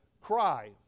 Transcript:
Cry